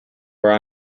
where